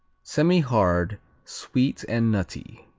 semihard sweet and nutty.